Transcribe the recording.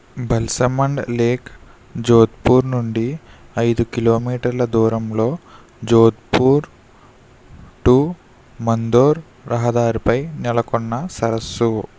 Balsamand lake Jodhpur నుండి ఐదు కిలోమీటర్ల దూరంలో జోధ్పూర్ టు మందోర్ రహదారిపై నెలకొన్న సరస్సు